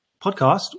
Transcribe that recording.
podcast